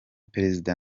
perezida